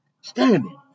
standing